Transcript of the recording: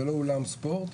זה לא אולם ספורט,